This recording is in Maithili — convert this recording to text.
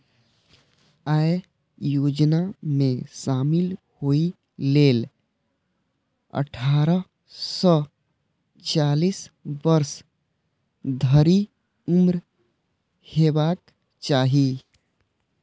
अय योजना मे शामिल होइ लेल अट्ठारह सं चालीस वर्ष धरि उम्र हेबाक चाही